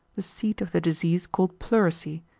the seat of the disease called pleurisy,